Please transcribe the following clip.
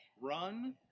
Run